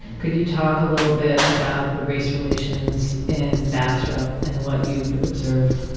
could you talk a little bit about the race relations in bastrop and what you've observed?